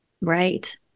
right